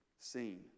seen